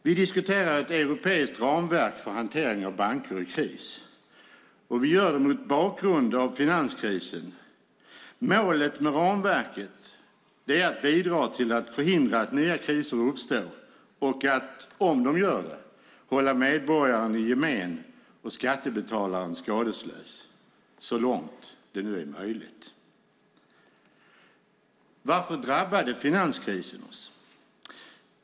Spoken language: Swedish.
Vi diskuterar ett europeiskt ramverk för hantering av banker i kris. Vi gör det mot bakgrund av finanskrisen. Målet med ramverket är att bidra till att förhindra att nya kriser uppstår och att om de gör det hålla medborgaren i gemen och skattebetalaren skadeslös så långt det är möjligt. Varför drabbade finanskrisen oss?